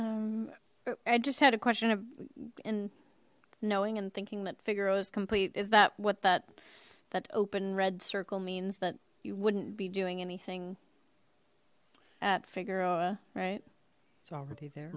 you i just had a question of in knowing and thinking that figaro is complete is that what that that open red circle means that you wouldn't be doing anything at figueroa right it's already there